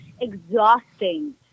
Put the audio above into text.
exhausting